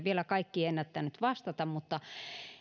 vielä kaikkiin ennättänyt vastata